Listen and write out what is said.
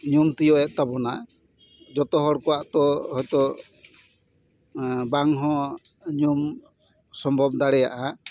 ᱧᱩᱢ ᱛᱤᱭᱳᱜ ᱮᱫ ᱛᱟᱵᱚᱱᱟ ᱡᱚᱛᱚ ᱦᱚᱲ ᱠᱚᱣᱟᱜ ᱛᱚ ᱦᱳᱭ ᱛᱚ ᱵᱟᱝ ᱦᱚᱸ ᱧᱩᱢ ᱥᱚᱵᱷᱚᱵ ᱫᱟᱲᱮᱭᱟᱜᱼᱟ